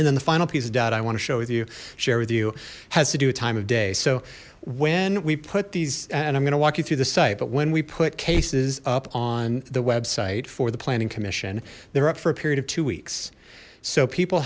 and then the final piece of data i want to show with you share with you has to do a time of day so when we put these and i'm going to walk you through the site but when we put cases up on the website for the planning commission they're up for a period of two weeks so people